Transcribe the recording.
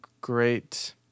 great